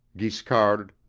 guiscard,